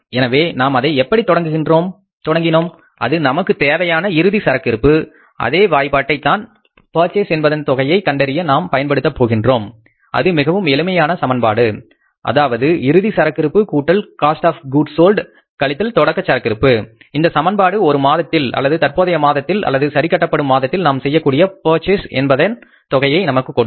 எனவே நாம் அதை எப்படி தொடங்கினோம் அது நமக்குத் தேவையான இறுதி சரக்கு இருப்பு அதே வாய்பாட்டைத் தான் பர்சேஸ் என்பதன் தொகையை கண்டறிய நாம் பயன்படுத்த போகின்றோம் அது மிகவும் எளிமையான சமன்பாடு அதாவது இறுதி சரக்கிருப்பு கூட்டல் காஸ்ட் ஆஃ கூட்ஸ் சால்ட் கழித்தல் தொடக்கச் சரக்கிருப்பு இந்த சமன்பாடு ஒரு மாதத்தில் அல்லது தற்போதைய மாதத்தில் அல்லது சரி கட்டப்படும் மாதத்தில் நாம் செய்யக்கூடிய பர்சேஸ் என்பதன் தொகையை நமக்கு கொடுக்கும்